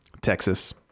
Texas